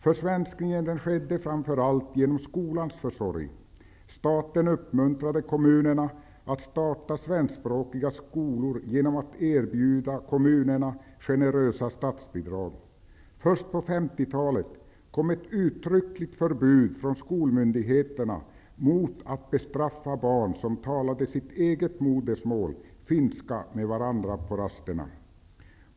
Försvenskningen skedde framför allt genom skolans försorg. Staten uppmuntrade kommunerna att starta svenskspråkiga skolor genom att erbjuda kommunerna generösa statsbidrag. Först på 50 talet kom ett uttryckligt förbud från skolmyndigheterna mot att bestraffa barn som talade sitt eget modersmål, finska, med varandra på rasterna.